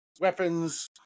weapons